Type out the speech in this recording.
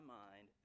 mind